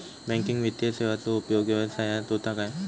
Banking वित्तीय सेवाचो उपयोग व्यवसायात होता काय?